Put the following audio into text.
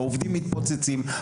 העובדים מתפוצצים,